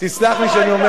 אז תחזרו אלינו.